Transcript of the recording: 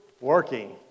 working